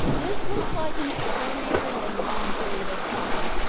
this looks like an extraordinarily long period of time,